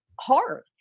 hard